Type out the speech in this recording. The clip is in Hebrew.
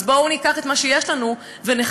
אז בואו ניקח את מה שיש לנו ונחזק.